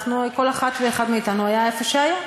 כל אחת ואחד מאתנו היה איפה שהיה.